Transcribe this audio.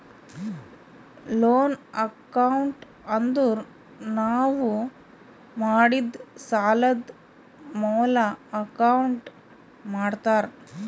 loan account ಅಂದುರ್ ನಾವು ಮಾಡಿದ್ ಸಾಲದ್ ಮ್ಯಾಲ ಅಕೌಂಟ್ ಮಾಡ್ತಾರ್